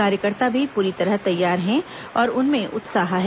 कार्यकर्ता भी प्ररी तरह तैयार हैं और उनमें उत्साह है